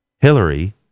hillary